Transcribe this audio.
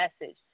message